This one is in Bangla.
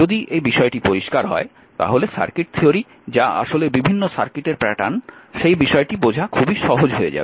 যদি এই বিষয়টি পরিষ্কার হয় তাহলে সার্কিট থিওরি যা আসলে বিভিন্ন সার্কিটের প্যাটার্ন সেই বিষয়টি বোঝা খুবই সহজ হয়ে যাবে